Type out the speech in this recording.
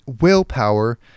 willpower